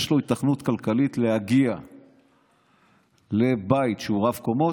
יש לו היתכנות כלכלית להגיע לבית שהוא רב-קומות,